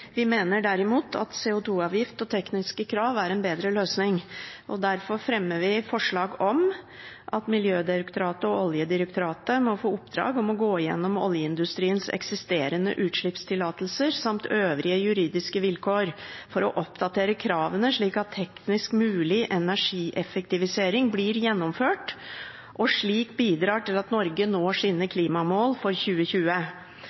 vi tvilende til, vi mener derimot at CO2-avgift og tekniske krav er en bedre løsning. Derfor fremmer vi forslag om at Miljødirektoratet og Oljedirektoratet må få i oppdrag å gå igjennom oljeindustriens eksisterende utslippstillatelser samt øvrige juridiske vilkår, for å oppdatere kravene slik at teknisk mulig energieffektivisering blir gjennomført og slik bidrar til at Norge når sine klimamål for 2020.